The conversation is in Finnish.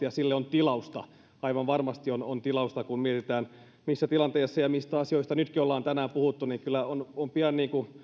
ja sille on tilausta aivan varmasti on on tilausta ja kun mietitään missä tilanteessa ja mistä asioista nytkin ollaan tänään puhuttu niin kyllä on on pian